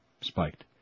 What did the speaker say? spiked